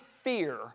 fear